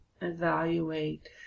evaluate